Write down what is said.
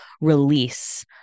release